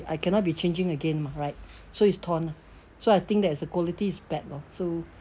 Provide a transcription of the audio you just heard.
I cannot be changing again mah right so it's torn lah so I think that its quality is bad lor so